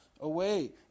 away